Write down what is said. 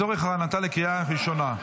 לצורך הכנתה לקריאה ראשונה.